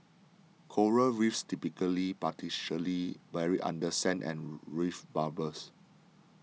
coral Reefs typically partially buried under sand and reef bubbles